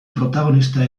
protagonista